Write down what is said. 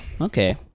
Okay